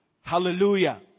Hallelujah